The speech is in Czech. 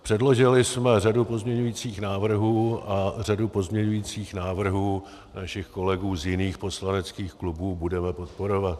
Předložili jsme řadu pozměňujících návrhů a řadu pozměňujících návrhů našich kolegů z jiných poslaneckých klubů budeme podporovat.